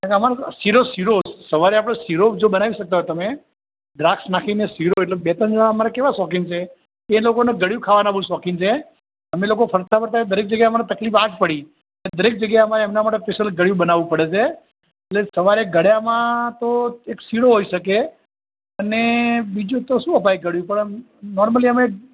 અને અમારે શીરો શીરો સવારે આપણે શીરો જો બનાવી શકતા હોવ તમે દ્રાક્ષ નાખીને શીરો એટલે બે ત્રણ જણા અમારે કેવા શોખીન છે એ લોકોને ગળ્યું ખાવાના બહુ શોખીન છે અમે લોકો ફરતાં ફરતાં દરેક જગ્યાએ અમારે તકલીફ આ જ પડી દરેક જગ્યાએ અમારે એમનાં માટે સ્પેશિયલ ગળ્યું બનાવવું પડે છે એટલે સવારે ગળ્યામાં તો એક શીરો હોઇ શકે અને બીજું તો શું અપાય ગળ્યું પણ આમ નોર્મલી અમે